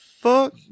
fuck